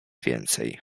więcej